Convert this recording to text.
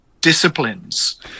disciplines